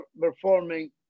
performing